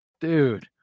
Dude